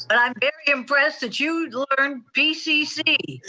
but i'm very impressed that you learned pcc.